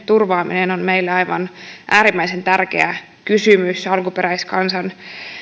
turvaaminen on meille aivan äärimmäisen tärkeä kysymys alkuperäiskansan